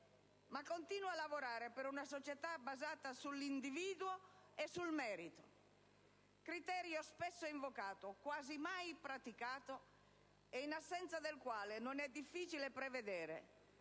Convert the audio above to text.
Ma continuo a lavorare per una società basata sull'individuo e sul merito: criterio spesso invocato, quasi mai praticato, e in assenza del quale non è difficile prevedere